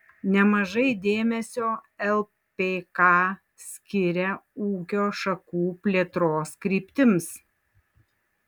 nemažai dėmesio lpk skiria ūkio šakų plėtros kryptims